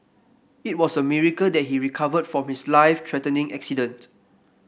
it was a miracle that he recovered from his life threatening accident